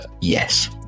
Yes